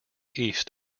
east